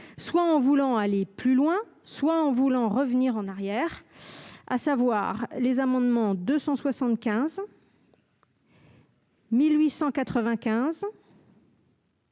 soit en voulant aller plus loin, soit en voulant revenir en arrière. Il s'agit des amendements n 275